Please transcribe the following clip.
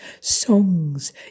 songs